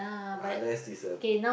unless it's a